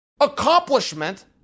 accomplishment